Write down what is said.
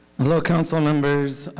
hello councilmembers.